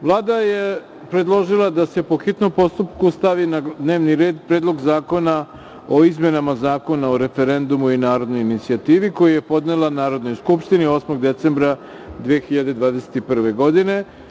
Vlada je predložila da se po hitnom postupku stavi na dnevni red – Predlog zakona o izmenama Zakona o referendumu i narodnoj inicijativi, koji je podnela Narodnoj skupštini 8. decembra 2021. godine.